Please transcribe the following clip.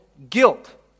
Guilt